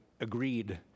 agreed